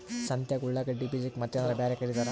ಸಂತ್ಯಾಗ ಉಳ್ಳಾಗಡ್ಡಿ ಬೀಜಕ್ಕ ಮತ್ತೇನರ ಬ್ಯಾರೆ ಕರಿತಾರ?